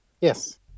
Yes